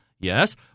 yes